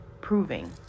proving